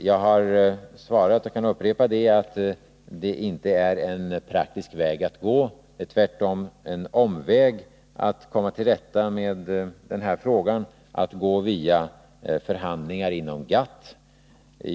Jag har svarat — och kan upprepa — att det inte är en praktisk väg att gå. Det är tvärtom en omväg att gå via förhandlingar inom GATT för att komma till rätta med den här frågan.